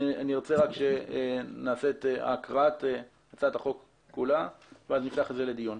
אני מבקש להקריא את הצעת החוק ואז נפתח אותה לדיון.